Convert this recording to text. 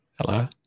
Hello